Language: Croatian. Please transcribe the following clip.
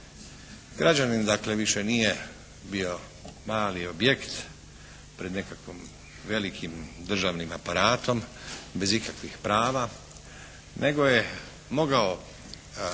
Građanin dakle više nije bio mali objekt pred nekakvim velikim državnim aparatom, bez ikakvih prava, nego je mogao